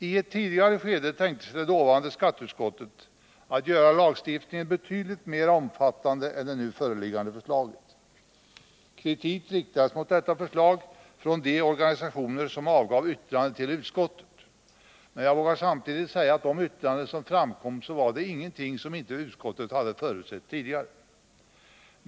I ett tidigare skede tänkte sig det dåvarande skatteutskottet att göra lagstiftningen betydligt mera omfattande än det nu föreliggande förslaget. Kritik riktades mot det då föreliggande förslaget från de organisationer som avgav yttrande till utskottet — men jag vågar samtidigt säga att det i dessa yttranden knappast förekom någonting som inte utskottet hade kunnat förutse.